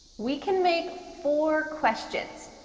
we can make four questions.